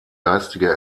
geistige